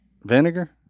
Vinegar